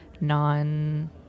non